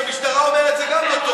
כשהמשטרה אומרת, זה גם לא טוב.